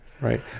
Right